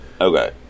Okay